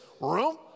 room